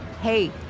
Hey